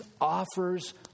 offers